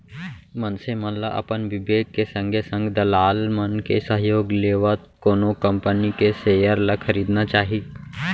मनसे मन ल अपन बिबेक के संगे संग दलाल मन के सहयोग लेवत कोनो कंपनी के सेयर ल खरीदना चाही